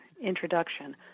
introduction